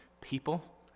people